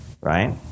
right